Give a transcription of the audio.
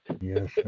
Yes